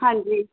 ਹਾਂਜੀ